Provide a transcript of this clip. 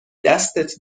دستت